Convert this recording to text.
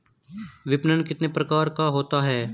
विपणन कितने प्रकार का होता है?